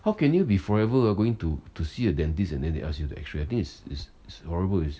how can you be forever uh going to to see a dentist and then they ask you x-ray I is is is horrible is